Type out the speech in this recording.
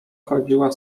chodziła